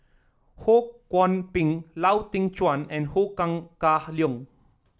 Ho Kwon Ping Lau Teng Chuan and Ho Kah Leong